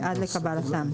ועד לקבלתם.